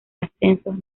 ascensos